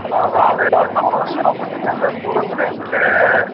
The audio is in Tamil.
அதான் அதான் அது அது சம்மந்தமாக நீங்கள் என்ன பண்ணுறிங்க அந்த சூரத்லேருந்துட்டு